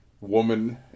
Woman